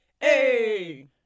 Hey